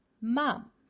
mom